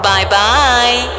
Bye-bye